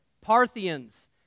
Parthians